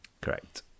Correct